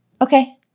Okay